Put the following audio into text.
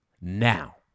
Now